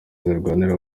zirwanira